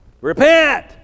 Repent